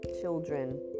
children